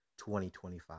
2025